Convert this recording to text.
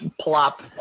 plop